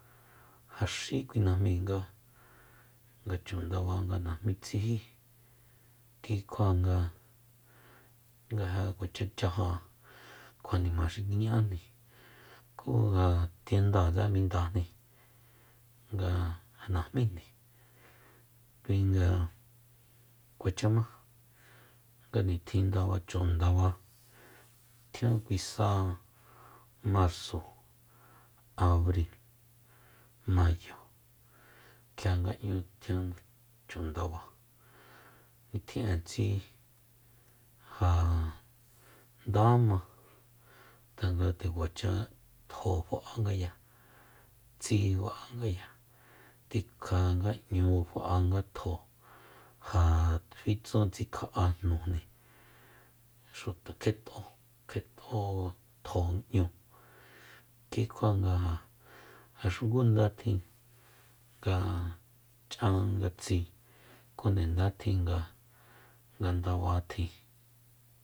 Ja xi kui najmi nga chu ndaba nga najmí tsijí ki kjuanga nga ja kuacha chaja'an kjuanima xi kiña'ajni ku ja tiendatse mindajni nga najmíjni kuinga kuacha má nga nitjinda chu ndaba tjian kui sa marso abri mayo kjia nga 'ñu tjian chundaba nitjin'e tsi ja ndama tanga nde kuacha tjo fa'angaya tsi ba'angaya tikja nga ´ñu fa'anga tjo ja fitsun tsikja'a jnujni xuta kjet'o kjet'o tjo 'ñu ki kjua nga ja xuku nda tjin nga ch'an nga tsi ku nde nda tjin nga ndaba tjin